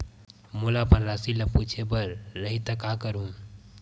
मोला अपन राशि ल पूछे बर रही त का करहूं?